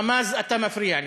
ממ"ז, אתה מפריע לי.